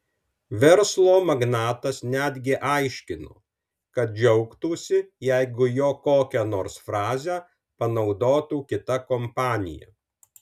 verslo magnatas netgi aiškino kad džiaugtųsi jeigu jo kokią nors frazę panaudotų kita kompanija